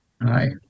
Right